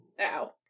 Ow